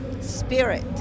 spirit